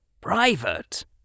private